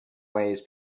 ways